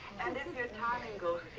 and if your timing goes